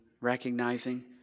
recognizing